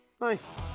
Nice